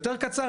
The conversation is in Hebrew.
יותר קצר?